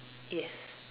yes